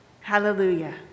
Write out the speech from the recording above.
Hallelujah